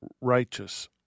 righteous